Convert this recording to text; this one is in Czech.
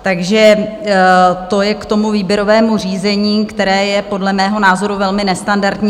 Takže to je k tomu výběrovému řízení, které je podle mého názoru velmi nestandardní.